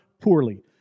poorly